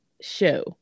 show